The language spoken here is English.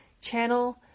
channel